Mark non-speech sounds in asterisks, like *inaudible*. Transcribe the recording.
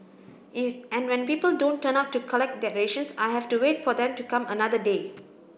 *unintelligible* and when people don't turn up to collect their rations I have to wait for them to come another day